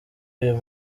uyu